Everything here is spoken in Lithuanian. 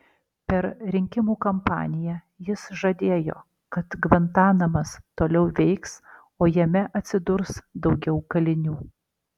per rinkimų kampaniją jis žadėjo kad gvantanamas toliau veiks o jame atsidurs daugiau kalinių